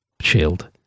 shield